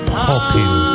popping